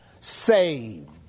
saved